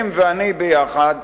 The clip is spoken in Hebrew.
הם ואני ביחד,